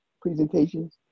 presentations